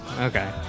Okay